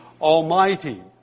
Almighty